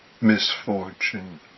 misfortune